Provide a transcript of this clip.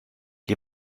les